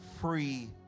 free